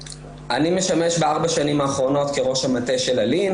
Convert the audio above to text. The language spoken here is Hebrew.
שיש להן רקע כל כך קשה ונמצאות במצב נפשי,